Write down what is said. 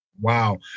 Wow